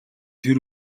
тэр